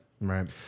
Right